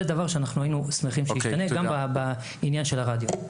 זה דבר שהיינו שמחים שישתנה גם בעניין של הרדיו.